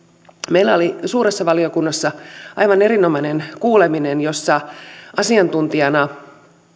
meillä oli suuressa valiokunnassa aivan erinomainen kuuleminen jossa asiantuntijana